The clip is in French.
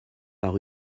par